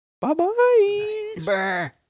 bye-bye